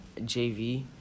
JV